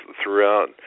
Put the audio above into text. throughout